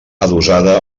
adossada